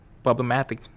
problematic